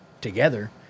together